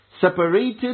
separated